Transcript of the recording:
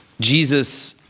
Jesus